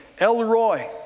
Elroy